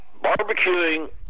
Barbecuing